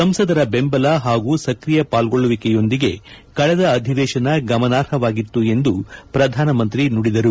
ಸಂಸದರ ಬೆಂಬಲ ಹಾಗೂ ಸಕ್ರಿಯ ಪಾಲ್ಗೊಳ್ದುವಿಕೆಯೊಂದಿಗೆ ಕಳೆದ ಅಧಿವೇಶನ ಗಮನಾರ್ಹವಾಗಿತ್ತು ಎಂದು ಪ್ರಧಾನ ಮಂತ್ರಿ ಸುಡಿದರು